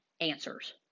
answers